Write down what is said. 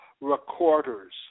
recorders